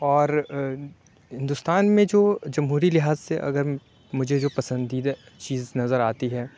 اور ہندوستان میں جو جمہوری لحاظ سے اگر مجھے جو پسندیدہ چیز نظر آتی ہے